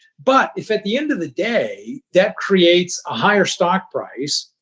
but if at the end of the day that creates a higher stock price,